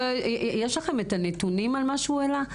יש לכם את הנתונים על מה שהוא העלה?